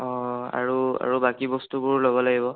অ' আৰু আৰু বাকী বস্তুবোৰ ল'ব লাগিব